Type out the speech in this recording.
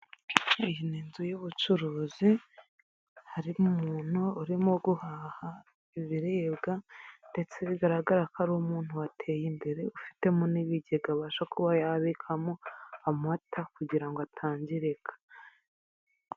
Iyi ni inzu y'ubucuruzi hari n'umuntu urimo guhaha ibiribwa, ndetse bigaragara ko ari umuntu wateye imbere, ufitemo n'ibigega abasha kuba yabikamo amata, kugira ngo atangirika.